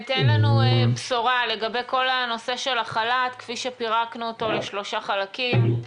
תן לנו בשורה לגבי כל הנושא של החל"ת כפי שפירקנו אותו לשלושה חלקים.